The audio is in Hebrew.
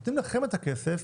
נותנים לכם את הכסף,